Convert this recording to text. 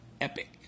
epic